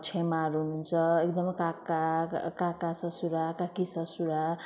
छेमाहरू हुनुहुन्छ एकदमै काका काका ससुरा काकी ससुरा